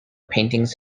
paintings